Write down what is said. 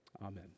Amen